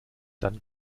dann